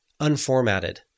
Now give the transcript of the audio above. unformatted